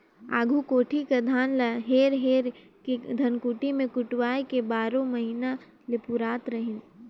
आघु कोठी कर धान ल हेर हेर के धनकुट्टी मे कुटवाए के बारो महिना ले पुरावत रहिन